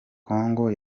congo